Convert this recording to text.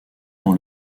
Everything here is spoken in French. dans